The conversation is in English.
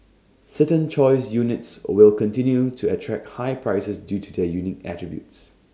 certain choice units will continue to attract high prices due to their unique attributes